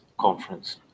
conference